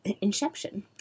Inception